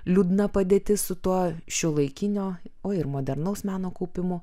liūdna padėtis su tuo šiuolaikinio o ir modernaus meno kaupimu